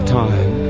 time